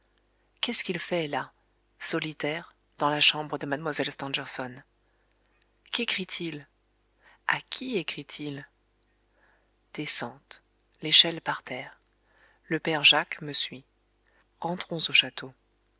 qu'est-ce qu'il fait là solitaire dans la chambre de mlle stangerson quécrit il à qui écrit-il descente l'échelle par terre le père jacques me suit rentrons au château